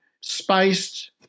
spiced